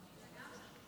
אזולאי,